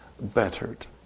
bettered